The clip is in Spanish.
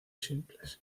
simples